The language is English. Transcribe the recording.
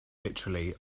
literally